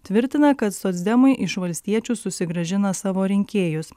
tvirtina kad socdemai iš valstiečių susigrąžina savo rinkėjus